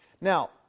now